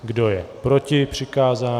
Kdo je proti přikázání?